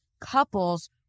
couples